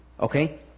Okay